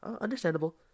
understandable